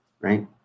right